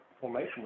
formation